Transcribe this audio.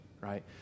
right